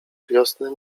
wiosny